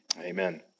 Amen